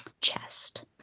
chest